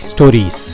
Stories